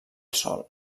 sol